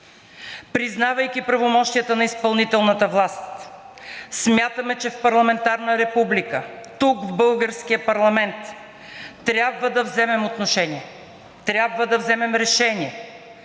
Признавайки правомощията на изпълнителната власт, смятаме, че в парламентарна република, тук в българския парламент, трябва да вземем отношение. Трябва да вземем решение,